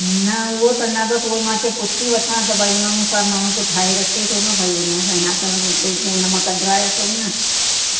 न उहो त न पोइ वरी मां पुछी वठा त भाई उनमें छा माण्हू पोइ ठाहे रखे थो न भाई उनसां या त भाई उन मां कढाइ अचूं न